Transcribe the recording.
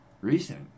recent